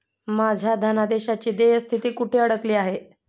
माझ्या धनादेशाची देय स्थिती कुठे अडकली आहे?